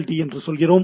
D என்று சொல்கிறோம்